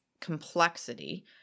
complexity